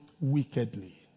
wickedly